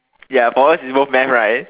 ya but what involve math right